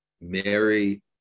Mary